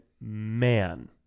man